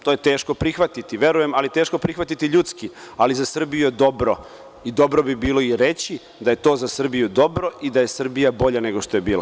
To je teško prihvatiti, verujem, ali teško prihvatiti ljudski, ali za Srbiju je dobro, i dobro bi bilo i reći da je to za Srbiju dobro i da je Srbija bolja nego što je bila.